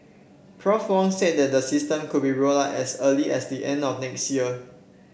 Prof Wong said the system could be rolled out as early as the end of next year